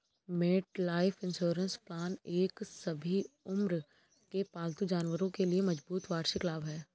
MetLife insurance plan एक सभी उम्र के पालतू जानवरों के लिए मजबूत वार्षिक लाभ है